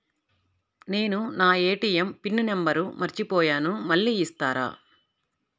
నేను నా ATM PIN number మర్చిపోయాను మళ్ళీ ఇస్తారా?